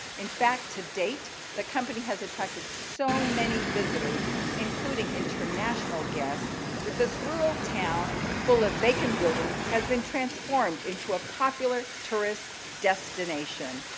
in fact, to date, the company has attracted so many visitors including international guests that this rural town full of bacon buildings have been transformed into a popular tourist destination.